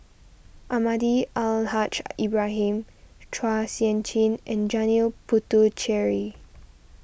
Almahdi Al Haj Ibrahim Chua Sian Chin and Janil Puthucheary